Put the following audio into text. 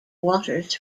waters